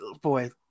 boy